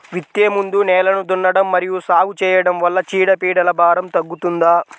విత్తే ముందు నేలను దున్నడం మరియు సాగు చేయడం వల్ల చీడపీడల భారం తగ్గుతుందా?